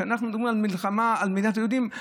כשאנחנו מדברים על מלחמה על מדינת היהודים,